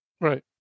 Right